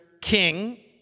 king